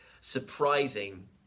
surprising